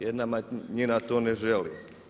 Jedna manjina to ne želi.